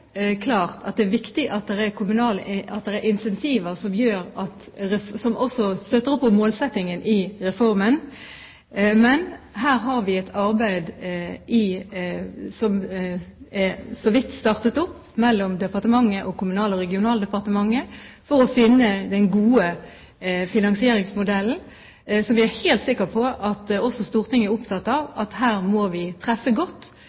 klart at det er viktig at det er incentiver som også støtter opp om målsettingen i reformen. Her har vi et arbeid som så vidt er startet opp mellom Helse- og omsorgsdepartementet og Kommunal- og regionaldepartementet for å finne den gode finansieringsmodellen. Vi må være helt sikre på – som også Stortinget er opptatt av – at vi treffer godt,